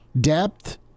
Depth